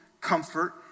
comfort